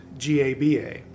GABA